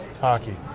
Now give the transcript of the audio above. hockey